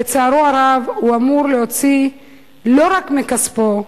לצערו הרב הוא אמור להוציא לא רק מכספו: